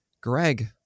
Greg